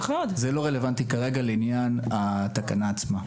זה לא רלוונטי כרגע לעניין התקנה עצמה.